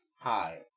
Hi